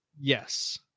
Yes